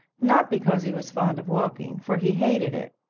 not because he was fond of walking, for he hated it,